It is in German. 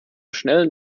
schnellen